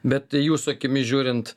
bet jūsų akimis žiūrint